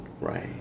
Right